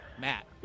Matt